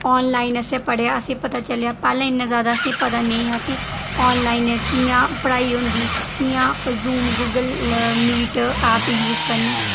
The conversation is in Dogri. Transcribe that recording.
ऑनलाइन असें पढ़ेआ असेंई पता चलेआ पैह्ले इ'न्ना ज्यादा असेंई पता नेईं हा कि ऑनलाइन कि'यां पढ़ाई होंदी कि'यां Zoom Google Meet app use करनी